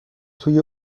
توی